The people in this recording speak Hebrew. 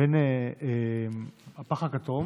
בין הפח הכתום